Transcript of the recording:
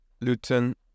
Luton